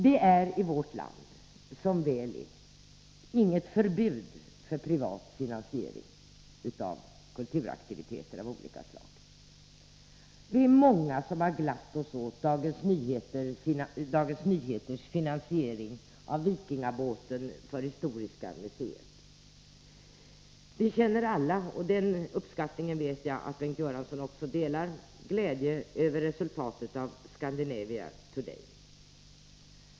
Det finns i vårt land — som väl är — inget förbud mot privat finansiering av kulturaktiviteter av olika slag. Vi är många som glatt oss åt Dagens Nyheters finansiering av vikingabåten på Historiska museet. Vi känner alla — och den uppskattningen vet jag att Bengt Göransson också delar — glädje över resultatet av Scandinavia To-day.